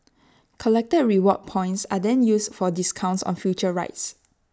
collected reward points are then used for discounts on future rides